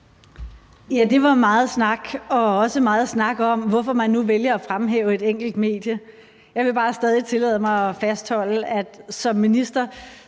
og også meget snak om, hvorfor man nu vælger at fremhæve et enkelt medie. Jeg vil bare stadig tillade mig at fastholde, at det, når